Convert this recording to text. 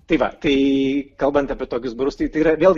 tai va tai kalbant apie tokius barus tai yra vėl